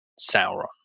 Sauron